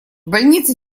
больнице